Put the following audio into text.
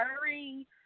hurry